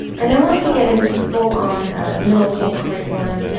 and then once you get into full on middle school curriculum,